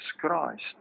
Christ